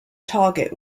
target